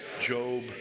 Job